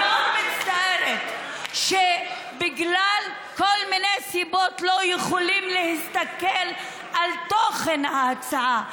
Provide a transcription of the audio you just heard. אני מאוד מצטערת שבגלל כל מיני סיבות לא יכולים להסתכל על תוכן ההצעה.